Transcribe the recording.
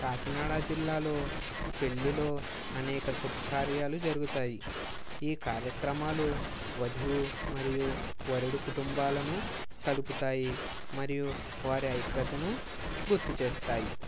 కాకినాడ జిల్లాలో పెళ్ళిలో అనేక శుభకార్యాలు జరుగుతాయి ఈ కార్యక్రమాలు వధువు మరియు వరుడు కుటుంబాలను కలుపుతాయి మరియు వారి ఐక్యతను గుర్తు చేస్తాయి